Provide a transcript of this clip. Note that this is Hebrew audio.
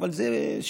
אבל זה שלי,